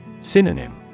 Synonym